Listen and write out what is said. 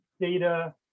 data